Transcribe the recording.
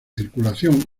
circulación